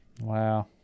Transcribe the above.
Wow